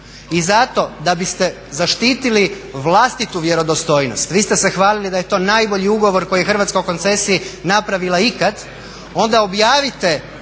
I zato da biste zaštiti vlastitu vjerodostojnost, vi ste se hvalili da je to najbolji ugovor koji je Hrvatska u koncesiji napravila ikad, onda objavite